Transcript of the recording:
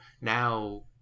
now